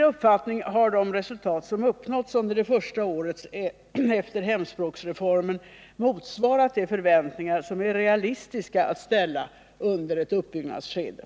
uppfattning har de resultat som uppnåtts under det första året efter hemspråksreformen motsvarat de förväntningar som är realistiska att ställa under ett uppbyggnadsskede.